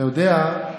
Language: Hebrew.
אתה יודע,